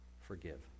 forgive